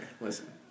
listen